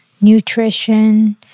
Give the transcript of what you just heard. nutrition